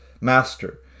master